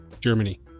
Germany